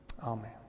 Amen